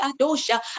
Adosha